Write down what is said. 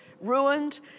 ruined